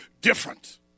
different